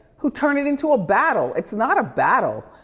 who turn it into a battle. it's not a battle.